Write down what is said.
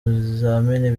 bizamini